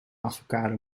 avocado